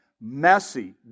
messy